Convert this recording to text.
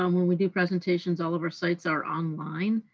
um when we do presentations, all of our sites are online,